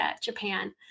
Japan